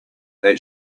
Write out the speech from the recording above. that